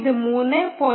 ഇത് 3